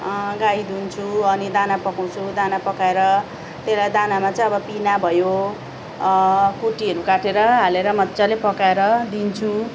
गाई दुन्छु अनि दाना पकाउँछु दाना पकाएर त्यसलाई दानामा चाहिँ अब पिना भयो कुटीहरू काटेर हालेर मज्जाले पकाएर दिन्छु